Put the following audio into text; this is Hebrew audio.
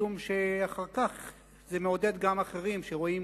משום שאחר כך זה מעודד גם אחרים שרואים